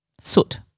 Soot